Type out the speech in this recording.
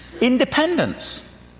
independence